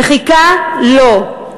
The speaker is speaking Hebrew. מחיקה לא.